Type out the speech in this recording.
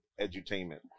edutainment